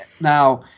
Now